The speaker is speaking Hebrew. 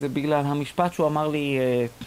זה בגלל המשפט שהוא אמר לי...